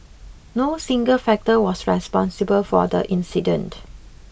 no single factor was responsible for the incident